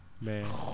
Man